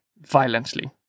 violently